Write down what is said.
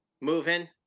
Moving